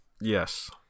Yes